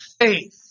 faith